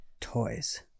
toys